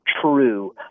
true